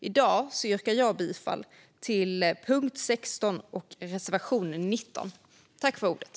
I dag yrkar jag bifall till reservation 19 under punkt 16.